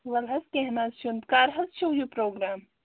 وَلہٕ حظ کیٚنٛہہ نہَ حظ چھُ نہٕ کَر حظ چھُو یہِ پرٛوگرام